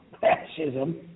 fascism